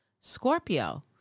Scorpio